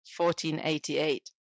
1488